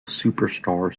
superstar